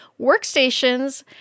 workstations